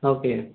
okay